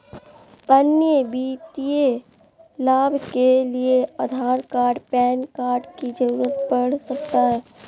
अन्य वित्तीय लाभ के लिए आधार कार्ड पैन कार्ड की जरूरत पड़ सकता है?